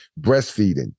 breastfeeding